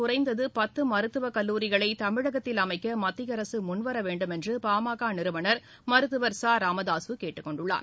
குறைந்தது பத்து மருத்துவக் கல்லூரிகளை தமிழகத்தில் அமைக்க மத்திய அரசு முன்வர வேண்டுமென்று பாமக நிறுவனர் மருத்துவர் ச ராமதாசு கேட்டுக் கொண்டுள்ளார்